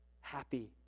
happy